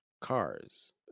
cars